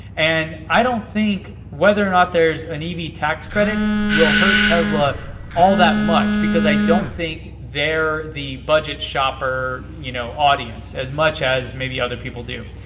and i don't think whether or not there's an ev tax credit will affect tesla all that much, because i don't think they're the budget shopper you know audience, as much as maybe other people do.